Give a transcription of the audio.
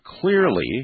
clearly